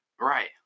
Right